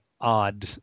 odd